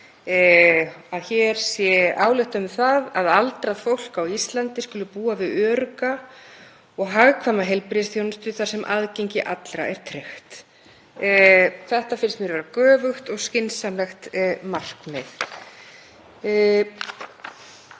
að hér sé ályktað um að aldrað fólk á Íslandi skuli búa við örugga og hagkvæma heilbrigðisþjónustu þar sem aðgengi allra er tryggt. Þetta finnst mér vera göfugt og skynsamlegt markmið.